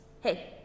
hey